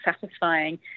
satisfying